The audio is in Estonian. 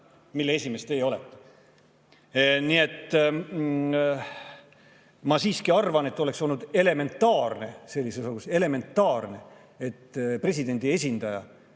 mille esimees te olete. Nii et ma siiski arvan, et oleks olnud elementaarne sellises olukorras – elementaarne! –, et presidendi esindaja